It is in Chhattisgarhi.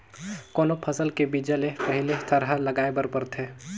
कोनो फसल के बीजा ले पहिली थरहा लगाए बर परथे